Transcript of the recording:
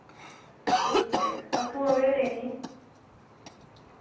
ठीक ऐ आप्पू आवेओ लैने ई